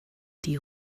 die